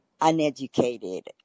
uneducated